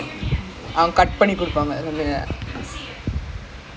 wait this is the what we doing right like நம்ப பன்றது தானே:namba pandradhu dhanae